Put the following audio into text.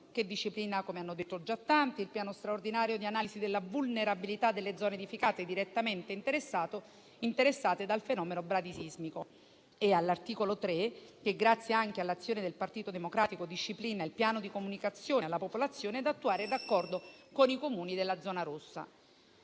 che disciplina - come hanno detto già tanti - il piano straordinario di analisi della vulnerabilità delle zone edificate direttamente interessate dal fenomeno bradisismico; e all'articolo 3 che, grazie anche all'azione del Partito Democratico, disciplina il piano di comunicazione alla popolazione da attuare in raccordo con i Comuni della zona rossa.